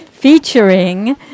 Featuring